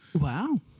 Wow